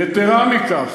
יתרה מכך,